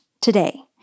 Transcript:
today